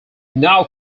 now